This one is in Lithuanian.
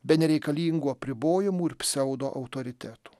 be nereikalingų apribojimų ir pseudo autoritetų